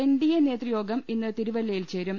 N D A നേതൃയോഗം ഇന്ന് തിരുവല്ലയിൽ ചേരും